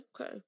okay